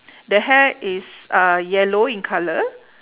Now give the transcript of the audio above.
the hair is uhh yellow in colour